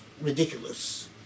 ridiculous